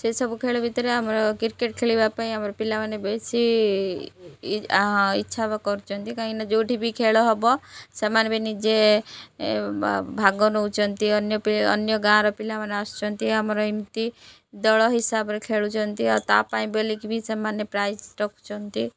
ସେସବୁ ଖେଳ ଭିତରେ ଆମର କ୍ରିକେଟ ଖେଳିବା ପାଇଁ ଆମର ପିଲାମାନେ ବେଶି ହଁ ଇଚ୍ଛା କରୁଛନ୍ତି କାହିଁକି ନା ଯେଉଁଠି ବି ଖେଳ ହବ ସେମାନେ ବି ନିଜେ ଭାଗ ନଉଛନ୍ତି ଅନ୍ୟ ଅନ୍ୟ ଗାଁର ପିଲାମାନେ ଆସୁଛନ୍ତି ଆମର ଏମିତି ଦଳ ହିସାବରେ ଖେଳୁଛନ୍ତି ଆଉ ତା ପାଇଁ ବେଲିକି ବି ସେମାନେ ପ୍ରାଇଜ ରଖୁଛନ୍ତି